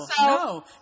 no